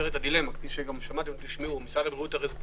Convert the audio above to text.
ובמסגרת הדילמה - משרד הבריאות לא